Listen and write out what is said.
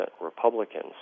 Republicans